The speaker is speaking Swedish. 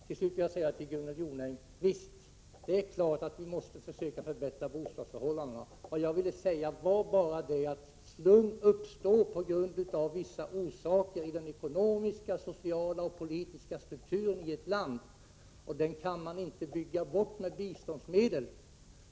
Till slut vill jag säga till Gunnel Jonäng att det är klart att bostadsförhållandena måste förbättras. Vad jag ville säga var bara att slum uppstår på grund av vissa förhållanden i den ekonomiska, sociala och politiska strukturen i ett land. Den kan man inte bygga bort med biståndsmedel.